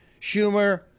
Schumer